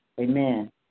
amen